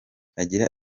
agira